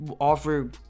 offer